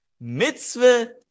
mitzvah